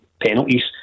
penalties